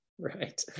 Right